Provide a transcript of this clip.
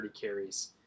carries